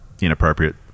inappropriate